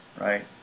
right